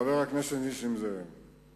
כבר הרבה שנים אין